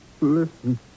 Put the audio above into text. Listen